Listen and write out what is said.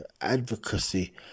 advocacy